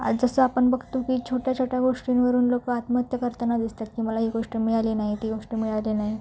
आज जसं आपण बघतो की छोट्या छोट्या गोष्टींवरून लोक आत्महत्या करताना दिसतात की मला ही गोष्ट मिळाली नाही ती गोष्ट मिळाली नाही